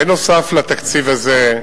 בנוסף לתקציב הזה,